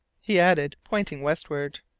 he added, pointing westward.